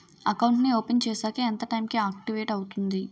Account నీ open చేశాక ఎంత టైం కి ఆక్టివేట్ అవుతుంది?